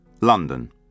London